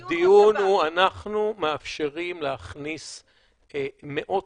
הדיון הוא אנחנו מאפשרים להכניס מאות